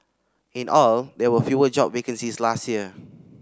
in all there were fewer job vacancies last year